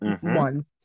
one